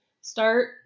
start